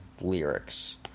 lyrics